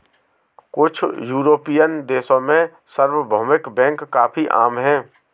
कुछ युरोपियन देशों में सार्वभौमिक बैंक काफी आम हैं